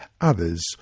others